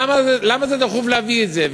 למה זה דחוף להביא את זה?